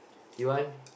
you want